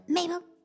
Mabel